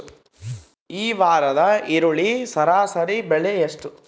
ಈ ವಾರದ ಈರುಳ್ಳಿ ಸರಾಸರಿ ಬೆಲೆ ಎಷ್ಟು?